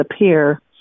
appear